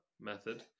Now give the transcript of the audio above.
Method